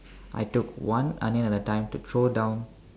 I took one onion at a time to throw down